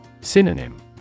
Synonym